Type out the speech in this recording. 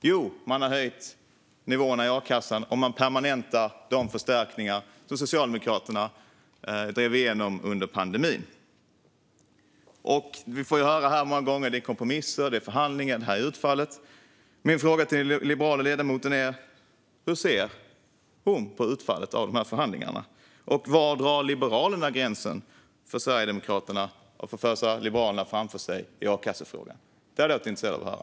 Jo, den har höjt nivåerna i a-kassan, och den permanentar de förstärkningar som Socialdemokraterna drev igenom under pandemin. Vi får ofta höra här att det är kompromisser och förhandlingar och att detta är utfallet. Min fråga till den liberala ledamoten är hur hon ser på utfallet av dessa förhandlingar. Var drar Liberalerna gränsen för Sverigedemokraterna när det gäller att fösa Liberalerna framför sig i akassefrågan? Det hade jag varit intresserad av att höra.